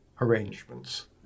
arrangements